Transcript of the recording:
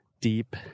deep